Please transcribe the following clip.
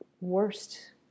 worst